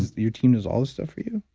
your team does all this stuff for you?